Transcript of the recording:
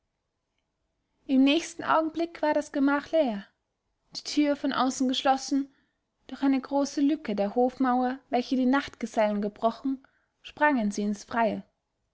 im nächsten augenblick war das gemach leer die tür von außen geschlossen durch eine große lücke der hofmauer welche die nachtgesellen gebrochen sprangen sie ins freie